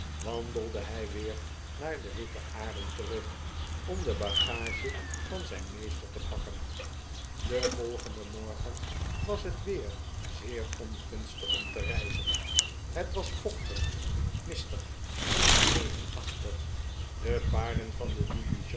wandelde hij weer naar de witte arend terug om de bagage van zijn meester te pakken den volgenden morgen was het weer zeer ongunstig om te reizen het was vochtig mistig en regenachtig de paarden van de